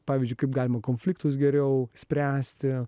pavyzdžiui kaip galima konfliktus geriau spręsti